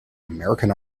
american